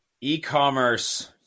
e-commerce